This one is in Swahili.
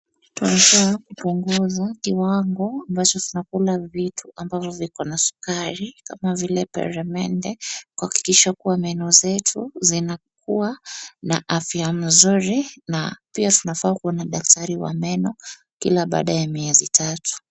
Tunafaa kupunguza kiwango ambacho tunakula vitu ambazo zikona sukari kama vile peremende kuhakikisha kuwa meno zetu zinakuwa na afya mzuri na pia tunafaa kuona dakitari wa meno kila baaada ya mezi mitatu.